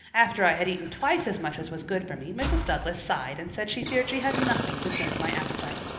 after i had eaten twice as much as was good for me, mrs. douglas sighed and said she feared she had nothing to tempt my appetite.